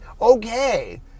Okay